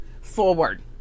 forward